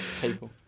People